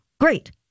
great